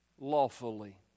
lawfully